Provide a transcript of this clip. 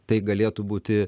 tai galėtų būti